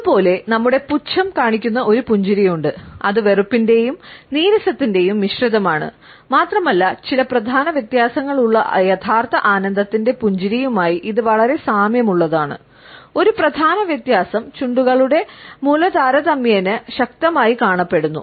അതുപോലെ നമ്മുടെ പുച്ഛം കാണിക്കുന്ന ഒരു പുഞ്ചിരി ഉണ്ട് അത് വെറുപ്പിന്റെയും നീരസത്തിന്റെയും മിശ്രിതമാണ് മാത്രമല്ല ചില പ്രധാന വ്യത്യാസങ്ങളുള്ള യഥാർത്ഥ ആനന്ദത്തിന്റെ പുഞ്ചിരിയുമായി ഇത് വളരെ സാമ്യമുള്ളതാണ് ഒരു പ്രധാന വ്യത്യാസം ചുണ്ടുകളുടെ മൂല താരതമ്യേന ശക്തമായി കാണപ്പെടുന്നു